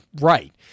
right